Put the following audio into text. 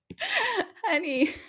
honey